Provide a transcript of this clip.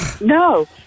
No